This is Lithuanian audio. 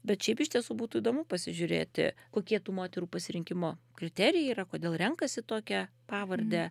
bet šiaip iš tiesų būtų įdomu pasižiūrėti kokie tų moterų pasirinkimo kriterijai yra kodėl renkasi tokią pavardę